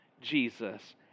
Jesus